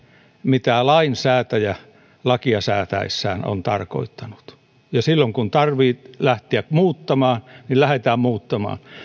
mitä lainsäätäjä lakia säätäessään on tarkoittanut ja silloin kun tarvitsee lähteä muuttamaan lähdetään muuttamaan